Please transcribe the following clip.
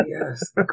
Yes